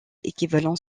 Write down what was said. équivalent